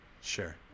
Sure